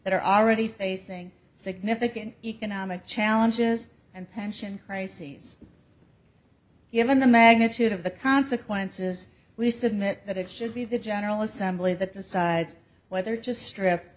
that are already facing significant economic challenges and pension crises given the magnitude of the consequences we submit that it should be the general assembly that decides whether